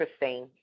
interesting